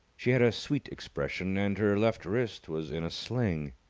she had a sweet expression, and her left wrist was in a sling.